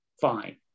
fine